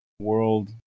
world